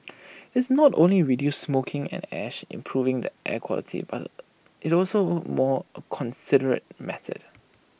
it's not only reduces smoking and ash improving the air quality but is also A more considerate method